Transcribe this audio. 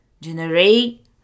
generate